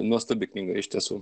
nuostabi knyga iš tiesų